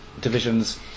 divisions